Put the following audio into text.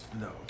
No